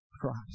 Christ